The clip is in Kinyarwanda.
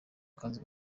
akazi